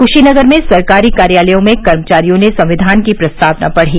क्शीनगर में सरकारी कार्यालयो में कर्मचारियों ने संविधान की प्रस्तावना पढ़ी